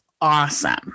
awesome